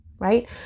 right